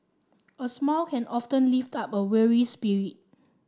a smile can often lift up a weary spirit